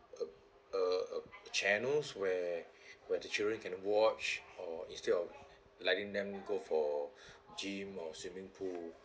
uh uh channels where where the children can watch or instead of letting them go for gym or swimming pool